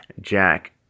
jack